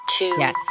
Yes